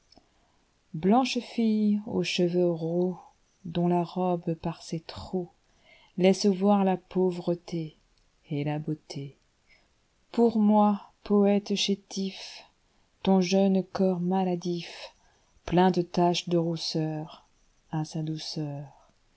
blanche fille aux cheveux roux dont la robe par ses trcuulaisse voir la pauvretéet la beauté pour moi poëte chétif ton jeune corps maladif plein de taches de rousseur a sa douceur